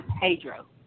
Pedro